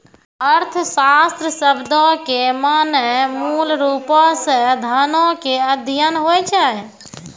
अर्थशास्त्र शब्दो के माने मूलरुपो से धनो के अध्ययन होय छै